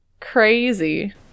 crazy